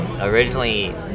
originally